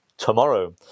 tomorrow